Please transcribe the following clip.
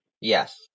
Yes